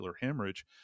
hemorrhage